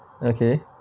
okay